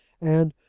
and,